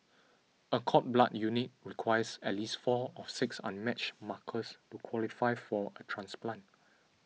a cord blood unit requires at least four of six unmatched markers to qualify for a transplant